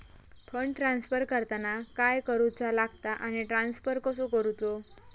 Fund transfer करताना काय करुचा लगता आनी ट्रान्स्फर कसो करूचो?